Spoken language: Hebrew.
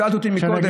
שאלת אותי קודם,